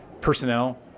personnel